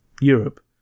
Europe